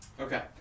Okay